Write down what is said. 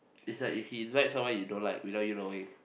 is like if he invite someone you don't like without you knowing